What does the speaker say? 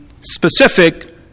specific